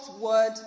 word